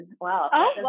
Wow